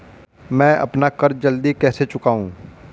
मैं अपना कर्ज जल्दी कैसे चुकाऊं?